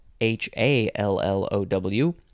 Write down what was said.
H-A-L-L-O-W